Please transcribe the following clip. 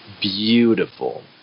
beautiful